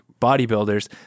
bodybuilders